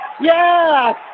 Yes